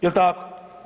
Jel' tako?